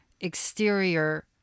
exterior